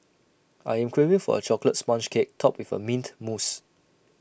I am craving for A Chocolate Sponge Cake Topped with Mint Mousse